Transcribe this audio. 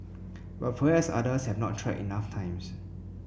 but perhaps others have not tried enough times